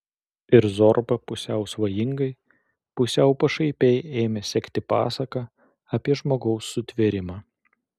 ir zorba pusiau svajingai pusiau pašaipiai ėmė sekti pasaką apie žmogaus sutvėrimą